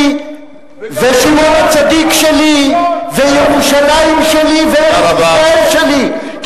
בקעה שלי ושמעון-הצדיק שלי וירושלים שלי וארץ-ישראל שלי,